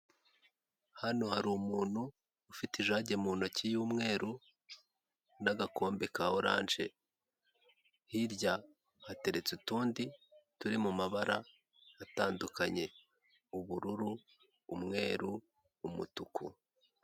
Hano hari umuntu ufite ijage mu ntoki y'umweru n'agakombe ka oranje hirya hateretse utundi turi mu mabara atandukanye ubururu, umweru, umutuku.